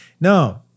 No